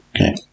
Okay